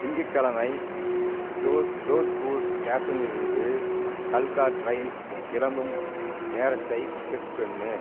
திங்கக்கெழமை ஜோத்பூர் ஸ்டேஷனில் இருந்து கல்கா ட்ரெயின் கிளம்பும் நேரத்தை செக் பண்ணு